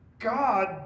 God